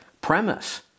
premise